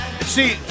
See